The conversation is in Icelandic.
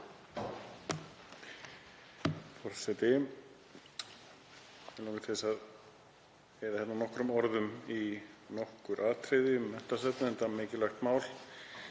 Það er mikilvægt að